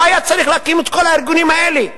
לא היה צריך להקים את כל הארגונים האלה.